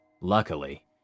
Luckily